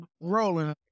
rolling